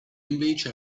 invece